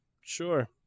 Sure